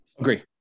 Agree